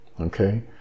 Okay